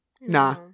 Nah